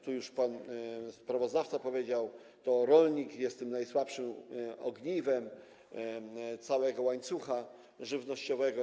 Tu już pan sprawozdawca powiedział, że to rolnik jest tym najsłabszym ogniwem w całym łańcuchu żywnościowym.